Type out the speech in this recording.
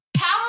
Power